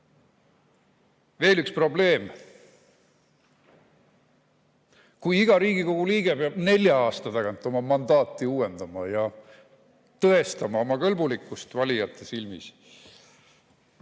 Veel üks probleem. Kui iga Riigikogu liige peab nelja aasta tagant oma mandaati uuendama ja tõestama oma kõlblikkust valijate silmis,